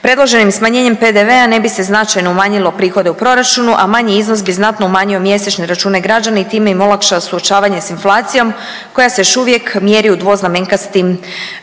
Predloženim smanjenjem PDV-a ne bi se značajno umanjilo prihode u proračunu, a manji iznos bi znatno umanjio mjesečne račune građana i time im olakšao suočavanje sa inflacijom koja se još uvijek mjeri u dvoznamenkastim